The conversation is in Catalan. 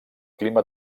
clima